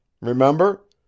REMEMBER